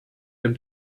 dem